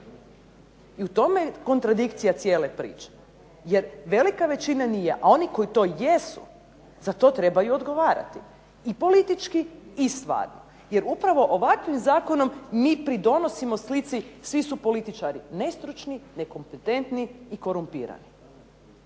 I u tome je kontradikcija cijele priče, jer velika većina nije, a oni koji to jesu za to trebaju odgovarati i politički i stvarno. Jer upravo ovakvim zakonom mi pridonosimo slici svi su političari nestručni, nekompetentni i korumpirani.